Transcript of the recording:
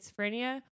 schizophrenia